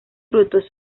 frutos